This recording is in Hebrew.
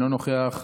אינו נוכח,